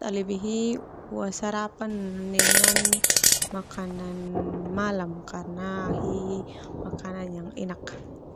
Au sarapan no dengan makanan malam karna au hi makananan yang enak.